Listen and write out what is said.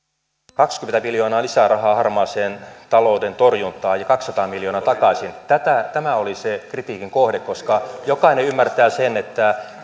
kaksikymmentä miljoonaa lisää rahaa harmaan talouden torjuntaan ja kaksisataa miljoonaa takaisin tämä oli se kritiikin kohde koska jokainen ymmärtää sen että